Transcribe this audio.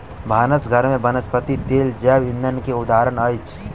भानस घर में वनस्पति तेल जैव ईंधन के उदाहरण अछि